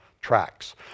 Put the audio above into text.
tracks